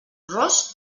ros